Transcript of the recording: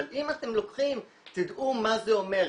אבל אם אתם לוקחים תדעו מה זה אומר,